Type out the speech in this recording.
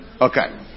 Okay